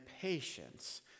patience